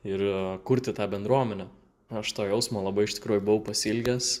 ir kurti tą bendruomenę aš to jausmo labai iš tikrųjų buvau pasiilgęs